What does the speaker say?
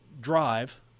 drive